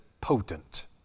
potent